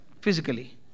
physically